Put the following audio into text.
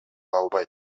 албайт